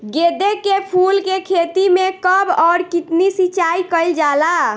गेदे के फूल के खेती मे कब अउर कितनी सिचाई कइल जाला?